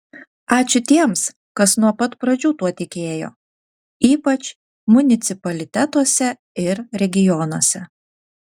ačiū tiems kas nuo pat pradžių tuo tikėjo ypač municipalitetuose ir regionuose